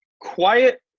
quiet